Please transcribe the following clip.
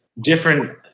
different